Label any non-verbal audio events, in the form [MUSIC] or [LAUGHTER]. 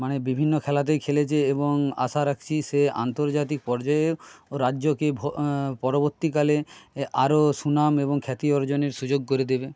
মানে বিভিন্ন খেলাতেই খেলেছে এবং আশা রাখছি সে আন্তর্জাতিক পর্যায়েও রাজ্যকে [UNINTELLIGIBLE] পরবর্তীকালে আরো সুনাম এবং খ্যাতি অর্জনের সুযোগ করে দেবে